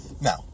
Now